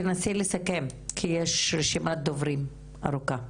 כי יש רשימת דוברים ארוכה.